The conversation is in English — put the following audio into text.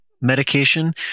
medication